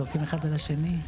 זורקים אחד על השני.